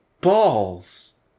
balls